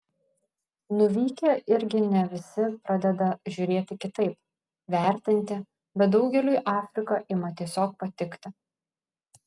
nuvykę irgi ne visi pradeda žiūrėti kitaip vertinti bet daugeliui afrika ima tiesiog patikti